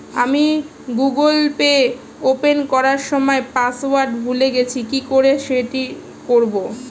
আমি Google Pay open করার সময় পাসওয়ার্ড ভুলে গেছি কি করে সেট করব?